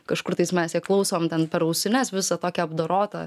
kažkur tais mes ją klausom ten per ausines visą tokią apdorotą